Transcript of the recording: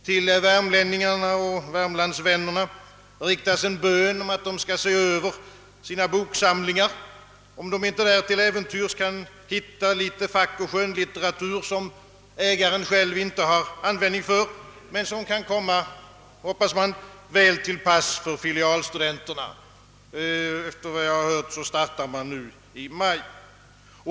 Till värmlänningarna och värmlandsvännerna riktas en bön om att de skall gå igenom sina boksamlingar för att se, om de inte där till äventyrs kan hitta litet fackoch skönlitteratur, som ägaren själv inte har användning för men som kan, hoppas man, komma väl till pass för filialstudenterna. Enligt vad jag hört startar man nu i maj.